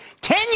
Ten